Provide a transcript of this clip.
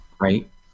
Right